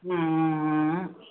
ம் ம் ம்